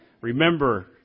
Remember